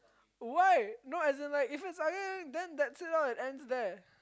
why no as in like if it's then that's it lor it ends there